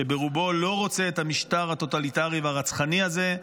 שברובו לא רוצה את המשטר הטוטליטרי והרצחני הזה,